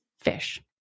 fish